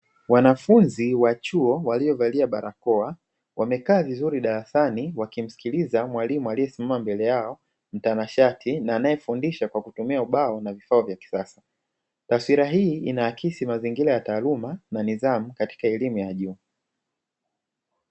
Wanafunzi wa chuo waliovalia barakoa wamekaa vizuri darasni wakimsikiliza mwalimu aliyesimama mbele yao mtanashati na anayefundisha kwa kutumia ubao na vifaa vya kisasa, taswira hii inaaksi mazingira ya taaluma na nidhamu katika elimu ya juu.